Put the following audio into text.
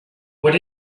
what